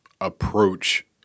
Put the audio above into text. approach